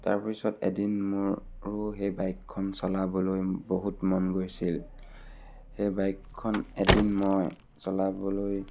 তাৰপিছত এদিন মোৰো সেই বাইকখন চলাবলৈ বহুত মন গৈছিল সেই বাইকখন এদিন মই চলাবলৈ